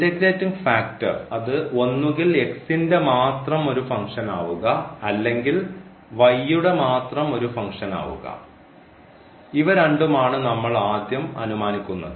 integrating factor അത് ഒന്നുകിൽ ന്റെ മാത്രം ഒരു ഫംഗ്ഷൻ ആവുക അല്ലെങ്കിൽ യുടെ മാത്രം ഒരു ഫംഗ്ഷൻ ആവുക ഇവ രണ്ടും ആണ് നമ്മൾ ആദ്യം അനുമാനിക്കുന്നത്